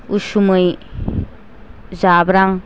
उसुमै जाब्रां